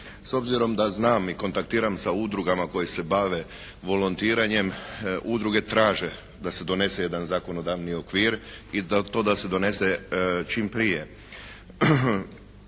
S obzirom da znam i kontaktiram sa udrugama koje se bave volontiranjem, udruge traže da se donese jedan zakonodavni okvir i to da se donese čim prije.